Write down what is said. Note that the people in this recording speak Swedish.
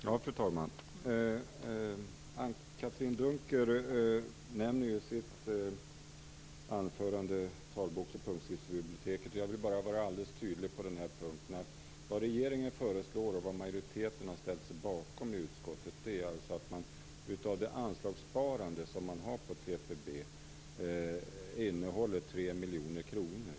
Fru talman! Anne-Katrine Dunker nämnde i sitt anförande Talboks och punktskriftsbiblioteket. Jag vill bara vara alldeles tydlig på den här punkten och säga att vad regeringen föreslår och vad majoriteten har ställt sig bakom är att man av det anslagssparande som man har på TPB innehåller 3 miljoner kronor.